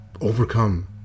overcome